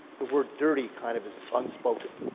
the word, dirty, kind of is unspoken.